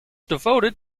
devoted